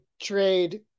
trade